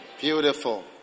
Beautiful